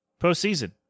postseason